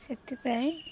ସେଥିପାଇଁ